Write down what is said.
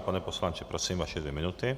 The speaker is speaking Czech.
Pane poslanče, prosím, vaše dvě minuty.